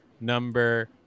number